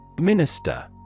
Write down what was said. Minister